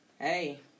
Hey